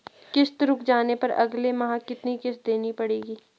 किश्त रुक जाने पर अगले माह कितनी किश्त देनी पड़ेगी?